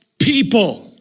people